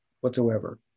whatsoever